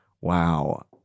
Wow